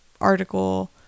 article